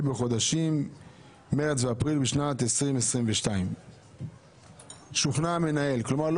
בחודשים מרץ אפריל בשנת 2022. שוכנע המנהל כלומר,